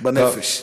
בנפש.